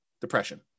depression